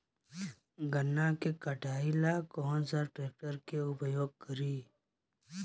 गन्ना के कटाई ला कौन सा ट्रैकटर के उपयोग करी?